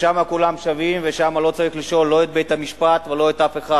ששם כולם שווים ושם לא צריך לשאול לא את בית-המשפט ולא את אף אחד,